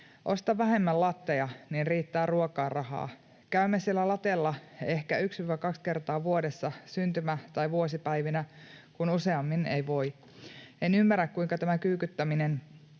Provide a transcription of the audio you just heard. osta vähemmän latteja, niin riittää ruokaan rahaa. Käymme siellä latella ehkä 1— 2 kertaa vuodessa syntymä- tai vuosipäivinä, kun useammin ei voi. En ymmärrä, kuinka tämä kyykyttäminen